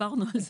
דיברנו על זה.